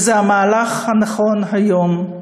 וזה המהלך הנכון היום.